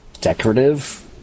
decorative